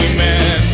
Amen